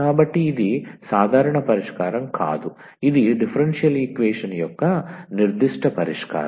కాబట్టి ఇది సాధారణ పరిష్కారం కాదు ఇది డిఫరెన్షియల్ ఈక్వేషన్ యొక్క నిర్దిష్ట పరిష్కారం